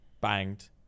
banged